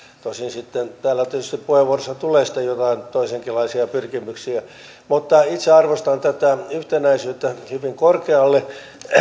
tosin sitten täällä tietysti puheenvuoroissa tulee joitain toisenkinlaisia pyrkimyksiä mutta itse arvostan tätä yhtenäisyyttä hyvin korkealle